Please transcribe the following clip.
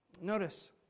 Notice